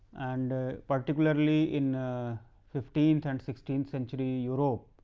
and particularly in fifteenth and sixteenth century europe,